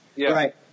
Right